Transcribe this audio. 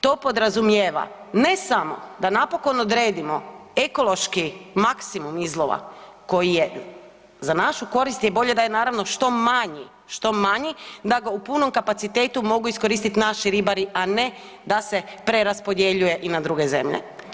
To podrazumijeva ne samo da napokon odredimo ekološki maksimum izlova koji je, za našu korist je bolje da je naravno što manji, što manji, da ga u punom kapacitetu mogu iskoristit naši ribari, a ne da se preraspodjeljuje i na druge zemlje.